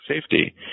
safety